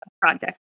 project